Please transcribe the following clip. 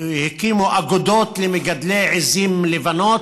הקימו אגודות למגדלי עיזים לבנות.